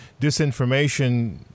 Disinformation